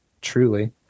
Truly